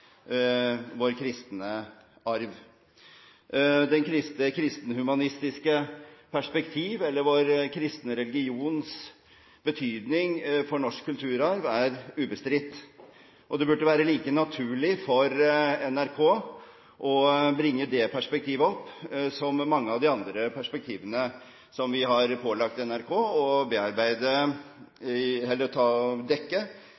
vår kristne arv. Det kristen-humanistiske perspektiv eller vår kristne religions betydning for norsk kulturarv er ubestridt, og det burde være like naturlig for NRK å bringe det perspektivet opp som mange av de andre perspektivene som vi har pålagt NRK å dekke